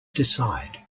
decide